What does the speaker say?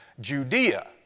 Judea